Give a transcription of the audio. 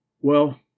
Well